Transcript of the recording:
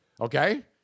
okay